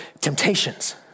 temptations